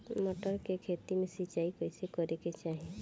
मटर के खेती मे सिचाई कइसे करे के चाही?